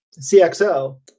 CXO